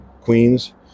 Queens